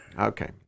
okay